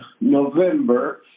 November